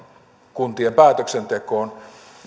kuntien päätöksentekoon